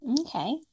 Okay